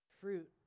fruit